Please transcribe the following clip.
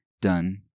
done